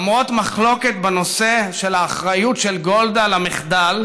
למרות מחלוקת בנושא של האחריות של גולדה למחדל